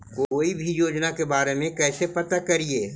कोई भी योजना के बारे में कैसे पता करिए?